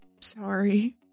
Sorry